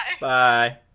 bye